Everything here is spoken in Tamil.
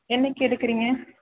என்றைக்கி எடுக்கிறீங்க